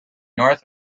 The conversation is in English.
north